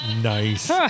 Nice